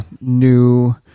new